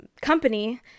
company